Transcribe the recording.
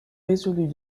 résolut